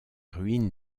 ruines